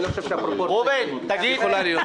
אני לא חושב שהפרופורציה יכולה להיות.